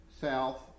south